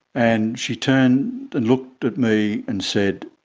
and she turned and looked at me and said,